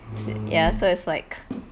ya so it's like